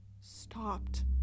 stopped